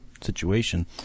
situation